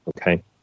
Okay